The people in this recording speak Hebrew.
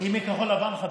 מכחול לבן?